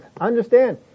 understand